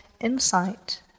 insight